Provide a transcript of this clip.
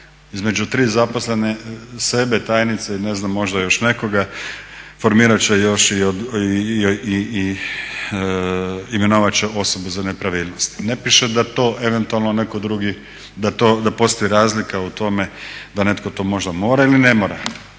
Između tri zaposlene sebe, tajnice i ne znam možda još nekoga formirat će još i imenovat će osobu za nepravilnosti. Ne piše da to eventualno netko drugi, da postoji razlika u tome da netko to možda mora ili ne mora,